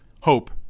Hope